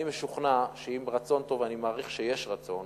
ואני משוכנע שעם רצון טוב, ואני מעריך שיש רצון